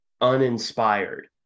uninspired